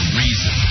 reason